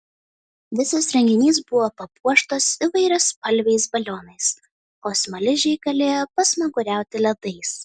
visas renginys buvo papuoštas įvairiaspalviais balionais o smaližiai galėjo pasmaguriauti ledais